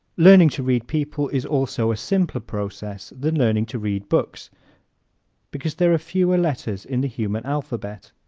learning to read people is also a simpler process than learning to read books because there are fewer letters in the human alphabet.